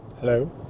Hello